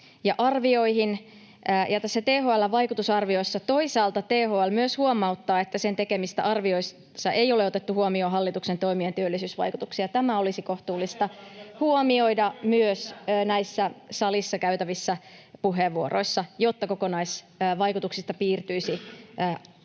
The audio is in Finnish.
arvioihin, ja näissä THL:n vaikutusarvioissa toisaalta THL myös huomauttaa, että sen tekemissä arvioissa ei ole otettu huomioon hallituksen toimien työllisyysvaikutuksia. Tämä olisi kohtuullista huomioida myös näissä salissa käytävissä puheenvuoroissa, jotta kokonaisvaikutuksista piirtyisi tosiasiallinen